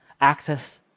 access